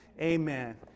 amen